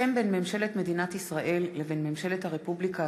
הסכם בין ממשלת מדינת ישראל לבין ממשלת הרפובליקה